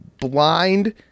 blind